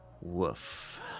woof